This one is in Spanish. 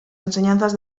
enseñanzas